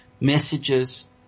messages